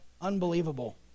Unbelievable